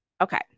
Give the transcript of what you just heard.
okay